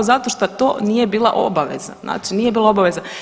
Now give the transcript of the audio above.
Zato šta to nije bila obaveza, znači nije bila obaveza.